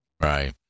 Right